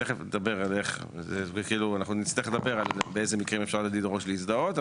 תיכף אנחנו נצטרך לדבר באיזה מקרים אפשר לדרוש להזדהות,